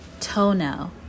toenail